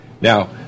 Now